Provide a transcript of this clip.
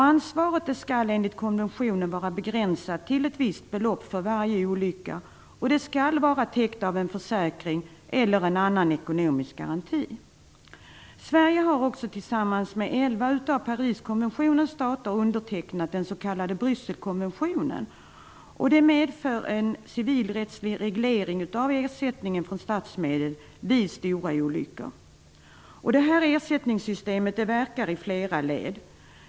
Ansvaret skall enligt konventionen vara begränsat till ett visst belopp för varje olycka och vara täckt av en försäkring eller annan ekonomisk garanti. Sverige har tillsammans med elva av Pariskonventionens stater undertecknat den s.k. Brysselkonventionen, vilket medför en civilrättslig reglering av ersättningen från statsmedel vid stora olyckor. Detta ersättningssystem verkar i flera led.